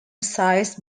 sized